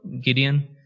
Gideon